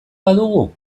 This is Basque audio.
badugu